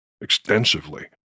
extensively